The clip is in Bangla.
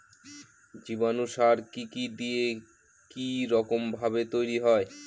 জীবাণু সার কি কি দিয়ে কি রকম ভাবে তৈরি হয়?